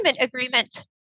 agreement